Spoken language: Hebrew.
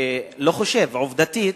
לא חושב, עובדתית,